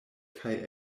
kaj